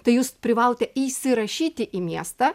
tai jūs privalote įsirašyti į miestą